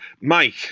Mike